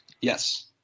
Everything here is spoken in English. Yes